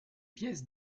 pièces